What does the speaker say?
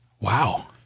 Wow